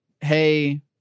hey